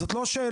זאת לא שאלה,